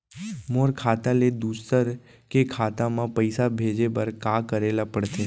मोर खाता ले दूसर के खाता म पइसा भेजे बर का करेल पढ़थे?